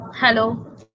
Hello